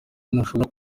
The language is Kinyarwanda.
ntushobora